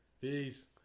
Peace